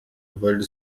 world